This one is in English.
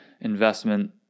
investment